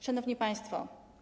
Szanowni Państwo!